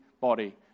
body